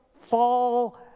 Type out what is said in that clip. fall